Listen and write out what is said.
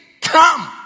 come